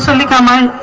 so like i might